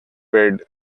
paid